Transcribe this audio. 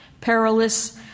perilous